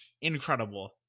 incredible